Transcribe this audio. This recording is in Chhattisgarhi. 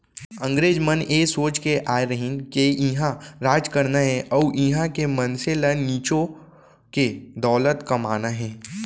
अंगरेज मन ए सोच के आय रहिन के इहॉं राज करना हे अउ इहॉं के मनसे ल निचो के दौलत कमाना हे